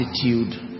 attitude